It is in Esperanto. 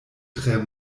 tre